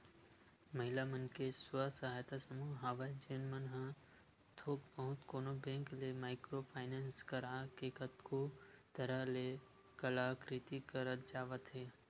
महिला मन के स्व सहायता समूह हवय जेन मन ह थोक बहुत कोनो बेंक ले माइक्रो फायनेंस करा के कतको तरह ले कलाकृति करत जावत हे